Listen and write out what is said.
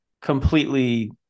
completely